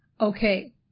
okay